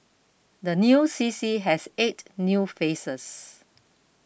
the new C C has eight new faces